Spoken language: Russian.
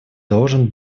должен